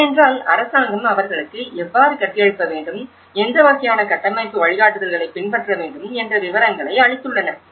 ஏனென்றால் அரசாங்கம் அவர்களுக்கு எவ்வாறு கட்டியெழுப்ப வேண்டும் எந்த வகையான கட்டமைப்பு வழிகாட்டுதல்களைப் பின்பற்ற வேண்டும் என்ற விவரங்களை அளித்துள்ளன